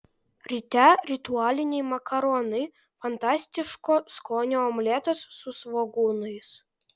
ryte ritualiniai makaronai fantastiško skonio omletas su svogūnais